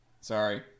Sorry